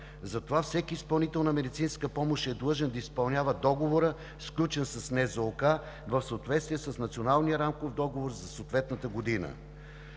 Затова всеки изпълнител на медицинска помощ е длъжен да изпълнява договора, сключен с НЗОК в съответствие с Националния рамков договор за съответната година.